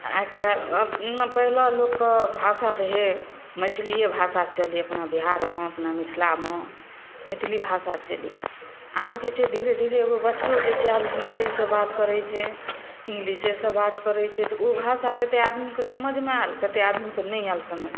आइकाल्हि पहिले लोकके भाषा रहै मैथिलिये भाषा चलै अपना बिहारमे अपना मिथिलामे मैथिली भाषा चलै आब जे छै धीरे धीरे एगो बच्चो जे छै आब हिन्दिये सऽ बात करै छै इंगलिशे सऽ बात करै छै तऽ ओ भाषा कते आदमीके समझमे आएल कते आदमीके नहि आएल समझमे